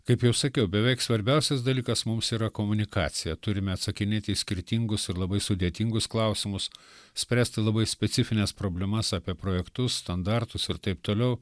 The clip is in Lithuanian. kaip jau sakiau beveik svarbiausias dalykas mums yra komunikacija turime atsakinėti į skirtingus ir labai sudėtingus klausimus spręsti labai specifines problemas apie projektus standartus ir taip toliau